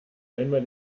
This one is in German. einmal